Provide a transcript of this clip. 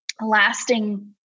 lasting